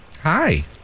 Hi